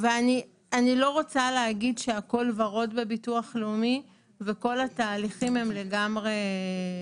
לא רוצה להגיד שהכל ורוד בביטוח לאומי וכל התהליכים הם מצוינים.